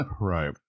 right